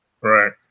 Right